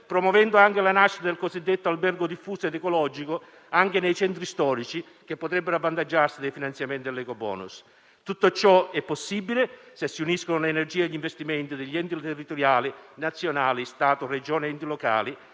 promuovendo la nascita del cosiddetto albergo diffuso ed ecologico anche nei centri storici, che potrebbero avvantaggiarsi dei finanziamenti dell'ecobonus. Tutto ciò è possibile se si uniscono le energie e gli investimenti degli enti territoriali e nazionali (Stato, Regioni ed enti locali).